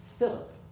Philip